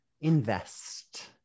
invest